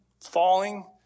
falling